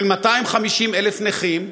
של 250,000 נכים,